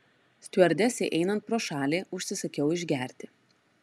stiuardesei einant pro šalį užsisakiau išgerti